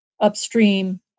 upstream